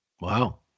Wow